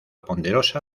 poderosa